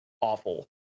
awful